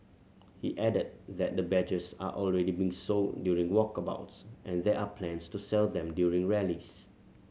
he added that the badges are already being sold during walkabouts and there are plans to sell them during rallies